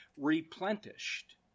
Replenished